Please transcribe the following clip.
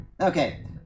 okay